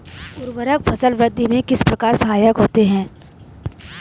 उर्वरक फसल वृद्धि में किस प्रकार सहायक होते हैं?